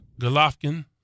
Golovkin